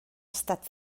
estat